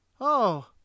Oh